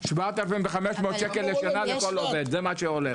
7,500 שקל לשנה לכל עובד, זה מה שעולה.